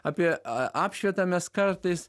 apie apšvietą mes kartais